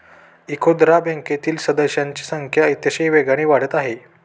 इखुदरा बँकेतील सभासदांची संख्या अतिशय वेगाने वाढत आहे